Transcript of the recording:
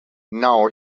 now